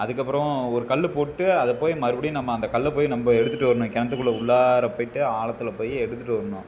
அதுக்கப்புறம் ஒரு கல்லை போட்டு அதைப் போய் மறுபடியும் நம்ம அந்தக் கல்லைப் போய் நம்ம எடுத்துகிட்டு வரணும் கிணத்துக்குள்ள உள்ளார போய்விட்டு ஆழத்துல போய் எடுத்துகிட்டு வரணும்